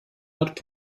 hat